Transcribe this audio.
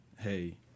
hey